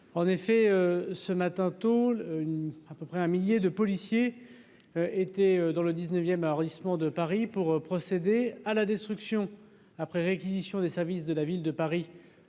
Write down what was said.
en effet ce matin tôt, une à peu près un millier de policiers étaient dans le 19ème arrondissement de Paris pour procéder à la destruction après réquisition des services de la ville de Paris